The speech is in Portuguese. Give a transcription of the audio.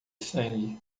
sangue